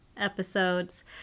episodes